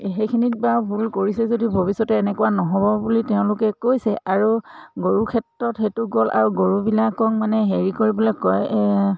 সেইখিনিত বা ভুল কৰিছে যদিও ভৱিষ্যতে এনেকুৱা নহ'ব বুলি তেওঁলোকে কৈছে আৰু গৰু ক্ষেত্ৰত সেইটো গ'ল আৰু গৰুবিলাকক মানে হেৰি কৰিবলৈ কয়